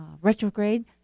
retrograde